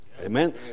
Amen